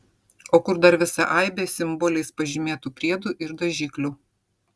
o kur dar visa aibė simboliais pažymėtų priedų ir dažiklių